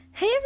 hey